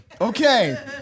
Okay